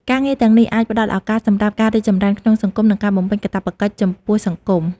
ការងារទាំងនេះអាចផ្តល់ឱកាសសម្រាប់ការរីកចម្រើនក្នុងសង្គម និងការបំពេញកាតព្វកិច្ចចំពោះសង្គម។